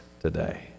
today